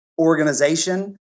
organization